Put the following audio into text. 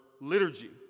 liturgy